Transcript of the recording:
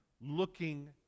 looking